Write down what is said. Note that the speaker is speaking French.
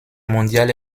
mondial